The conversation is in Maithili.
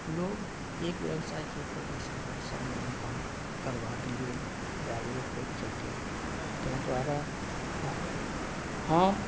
लोग एक व्यवसाय छोड़ि कऽ दोसर व्यवसायमे भी काम करबाक लेल जागरूक होइत छथिन तेँ द्वारे हम